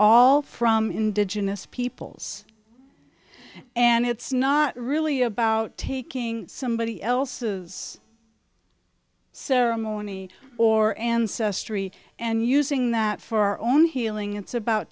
all from indigenous peoples and it's not really about taking somebody else's ceremony or ancestry and using that for our own healing it's about